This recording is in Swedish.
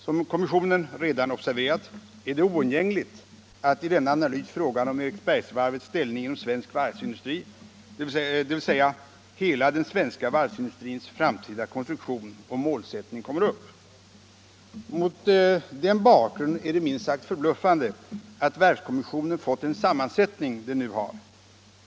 Som kommissionen redan observerat är det oundgängligt att i denna analys frågan om Eriksbergsvarvets ställning inom svensk varvsindustri, dvs. hela den svenska varvsindustrins framtida konstruktion och målsättning, kommer upp. Mot denna bakgrund är det minst sagt förbluffande att varvskommissionen fått den sammansättning den nu har.